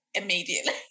immediately